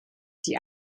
die